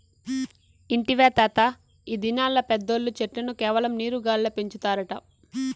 ఇంటివా తాతా, ఈ దినాల్ల పెద్దోల్లు చెట్లను కేవలం నీరు గాల్ల పెంచుతారట